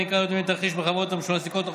צמצום תעסוקה ניכר יותר מתרחש בחברות שמעסיקות שיעור